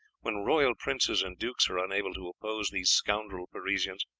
when royal princes and dukes are unable to oppose these scoundrel parisians,